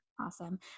Awesome